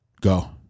go